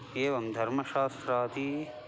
एवं धर्मशास्त्राणि